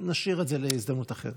נשאיר את זה להזדמנות אחרת.